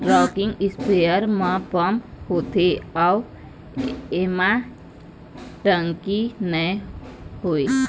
rocking spare म pump होथे अउ एमा टंकी नइ होवय